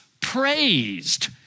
praised